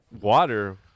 water